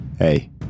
Hey